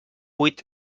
huit